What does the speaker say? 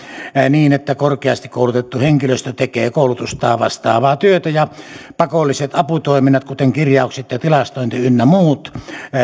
niin että korkeasti koulutettu henkilöstö tekee koulutustaan vastaavaa työtä ja pakolliset aputoiminnot kuten kirjaukset ja tilastointi ynnä muut